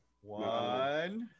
One